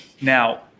Now